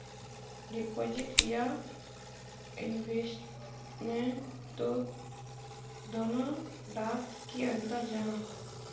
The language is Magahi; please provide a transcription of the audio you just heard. डिपोजिट या इन्वेस्टमेंट तोत दोनों डात की अंतर जाहा?